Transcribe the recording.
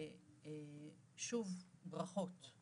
שוב, ברכות.